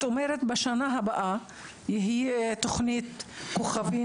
את אומרת בשנה הבאה תהיה תוכנית כוכבים